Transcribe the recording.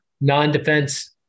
non-defense